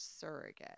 surrogate